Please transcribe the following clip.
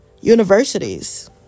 universities